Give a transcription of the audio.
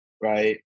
Right